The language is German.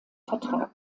vertrag